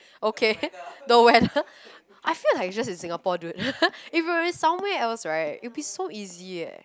okay the weather I feel like it's just in Singapore dude if we were somewhere else right it'll be so easy eh